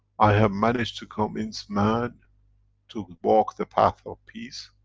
i have managed to convince man to walk the path of peace,